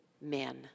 men